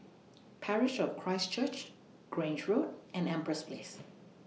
Parish of Christ Church Grange Road and Empress Place